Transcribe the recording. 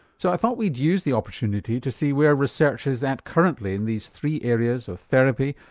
so i thought we'd use the opportunity to see where research is at currently in these three areas of therapy,